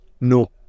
No